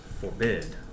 forbid